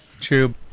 true